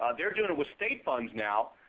ah they're doing it with state funds now.